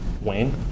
Wayne